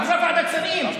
ועברה ועדת שרים.